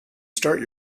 start